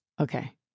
Okay